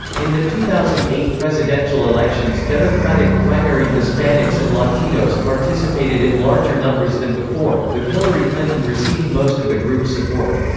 in the two thousand and eight presidential election's democratic primary hispanics and latinos participated in larger numbers than before, with hillary clinton receiving most of the group's support.